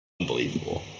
unbelievable